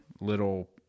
little